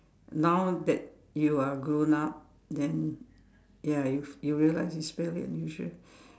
now that you are grown up then ya you you realize it's fairly unusual